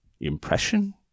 impression